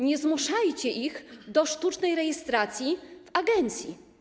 Nie zmuszajcie ich do sztucznej rejestracji w agencji.